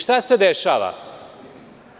Šta se dešava?